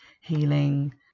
healing